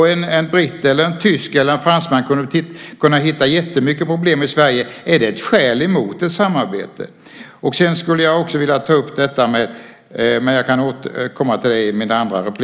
En britt, en tysk eller en fransman skulle kunna hitta jättemånga problem i Sverige. Är det ett skäl emot ett samarbete? Jag får återkomma i min andra replik till ännu en sak som jag skulle vilja ta upp.